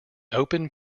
open